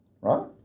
right